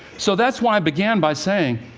so that's why i began by saying,